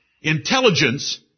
Intelligence